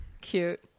Cute